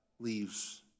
Leaves